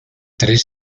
tres